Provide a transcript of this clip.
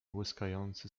błyskający